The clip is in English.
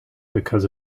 because